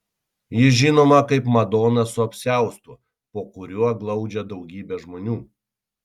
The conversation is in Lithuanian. ji žinoma kaip madona su apsiaustu po kuriuo glaudžia daugybę žmonių